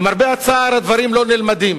למרבה הצער, הדברים לא נלמדים